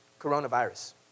coronavirus